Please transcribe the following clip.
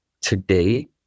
Today